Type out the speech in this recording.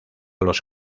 los